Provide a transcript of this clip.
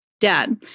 Dad